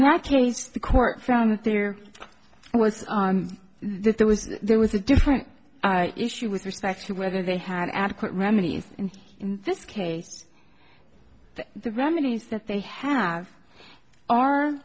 that case the court found that there was that there was there was a different issue with respect to whether they had adequate remedies and in this case the remedies that they have are